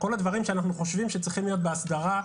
כל הדברים שאנחנו חושבים שצריכים להיות באסדרה,